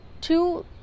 two